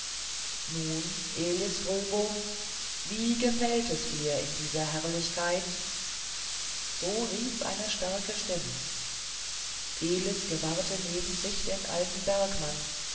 nun elis fröbom wie gefällt es dir in dieser herrlichkeit so rief eine starke stimme elis gewahrte neben sich den alten bergmann